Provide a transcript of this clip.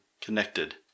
connected